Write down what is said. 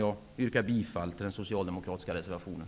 Jag yrkar bifall till den socialdemokratiska reservationen.